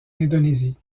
indonésie